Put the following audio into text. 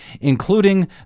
including